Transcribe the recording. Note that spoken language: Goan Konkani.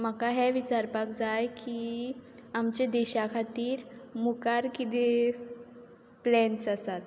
म्हाका हें विचारपाक जाय की आमचे देशा खातीर मुखार किदें प्लॅन्स आसात